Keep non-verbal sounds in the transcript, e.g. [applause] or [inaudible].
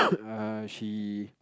[coughs] she